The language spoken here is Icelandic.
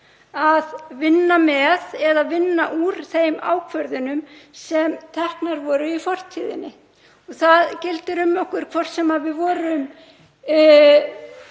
eða verr, að vinna úr þeim ákvörðunum sem teknar voru í fortíðinni. Það gildir um okkur hvort sem við vorum